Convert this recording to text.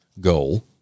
goal